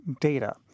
data